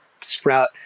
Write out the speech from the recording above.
sprout